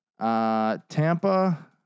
Tampa